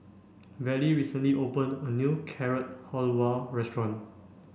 Vallie recently opened a new Carrot Halwa restaurant